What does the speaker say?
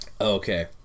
Okay